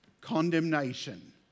condemnation